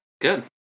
good